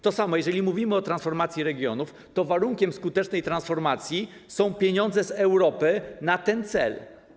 Tak samo jeżeli mówimy o transformacji regionów, to warunkiem skutecznej transformacji są pieniądze z Europy na ten cel.